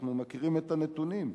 אנחנו מכירים את הנתונים.